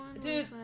Dude